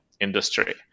industry